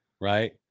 right